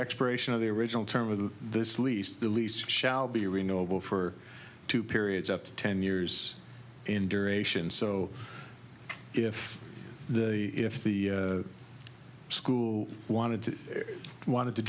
expiration of the original term of this lease the lease shall be renewable for two periods up to ten years in duration so if the if the school wanted to wanted to